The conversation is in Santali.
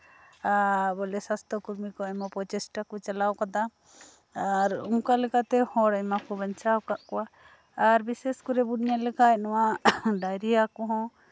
ᱵᱚᱞᱮ ᱥᱟᱥᱛᱷᱚ ᱠᱚᱨᱢᱤ ᱠᱚ ᱟᱭᱢᱟ ᱯᱨᱚᱪᱮᱥᱴᱟ ᱠᱚ ᱪᱟᱞᱟᱣ ᱟᱠᱟᱫᱟ ᱟᱨ ᱚᱱᱠᱟ ᱞᱮᱠᱟᱛᱮ ᱦᱚᱲ ᱟᱭᱢᱟ ᱠᱚ ᱵᱟᱧᱪᱟᱣ ᱟᱠᱟᱫ ᱠᱚᱣᱟ ᱟᱨ ᱵᱤᱥᱮᱥ ᱠᱚᱨᱮ ᱵᱚᱱ ᱧᱮᱞ ᱞᱮᱠᱷᱟᱱ ᱱᱚᱶᱟ ᱰᱟᱭᱨᱤᱭᱟ ᱠᱚᱸᱦᱚ